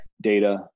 data